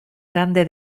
grande